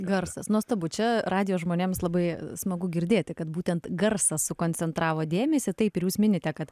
garsas nuostabu čia radijo žmonėms labai smagu girdėti kad būtent garsas sukoncentravo dėmesį taip ir jūs minite kad